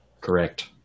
correct